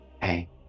hey